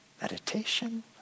meditation